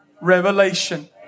revelation